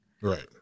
Right